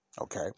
Okay